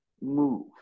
move